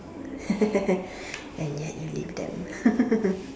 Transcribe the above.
and yet you leave them